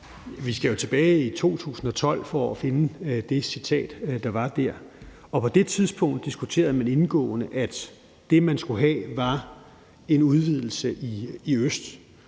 Vi skal jo tilbage til 2012 for at finde det citat, og på det tidspunkt diskuterede man indgående, at det, man skulle have, var en udvidelse i øst.